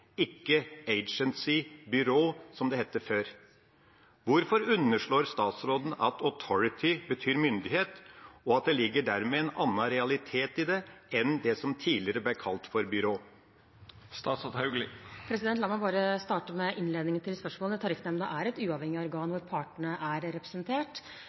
ikke «byrå», altså «agency», som det het før. Hvorfor underslår statsråden at «authority» betyr «myndighet», og at det dermed ligger en annen realitet i det enn det som tidligere ble kalt «byrå»? La meg starte med innledningen til spørsmålet: Tariffnemnda er et uavhengig organ hvor partene er representert.